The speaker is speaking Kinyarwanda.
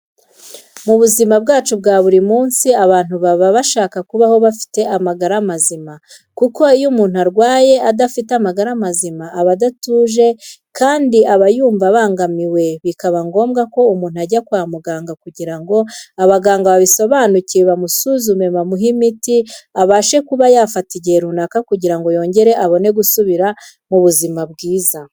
Mu buzima bwacu bwa buri munsi, abantu baba bashaka kubaho bafite amagara mazima kuko iyo umuntu arwaye adafite amagara mazima aba adatuje kandi abayumva abangamiwe bikaba ngombwa ko umuntu ajya kwa muganga kugira ngo abaganga babisobanukiwe bamusuzume bamuhe imiti abashe kuba yafata igihe runaka kugira ngo yongere abone gusubira mu buzima bwiza.